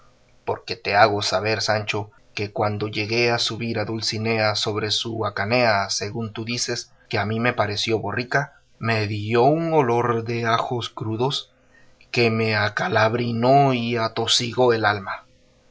porque te hago saber sancho que cuando llegé a subir a dulcinea sobre su hacanea según tú dices que a mí me pareció borrica me dio un olor de ajos crudos que me encalabrinó y atosigó el alma